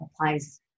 applies